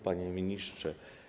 Panie Ministrze!